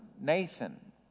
Nathan